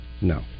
No